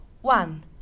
One